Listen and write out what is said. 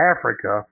Africa